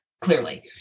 clearly